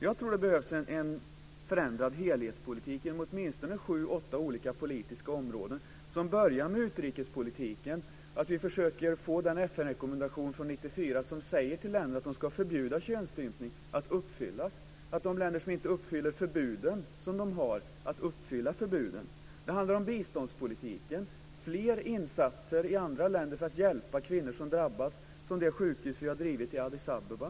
Jag tror att det behövs en förändrad helhetspolitik inom åtminstone sju åtta olika politiska områden som börjar med utrikespolitiken, att vi försöker se till att FN-rekommendationen från 1994, i vilken det sägs till länderna att de ska förbjuda könsstympning, uppfylls och att de länder som inte uppfyller de förbud som de ska uppfylla gör det. Vidare handlar det om biståndspolitiken och om fler insatser i andra länder för att hjälpa kvinnor som drabbas - t.ex. det sjukhus som vi drivit i Addis Abeba.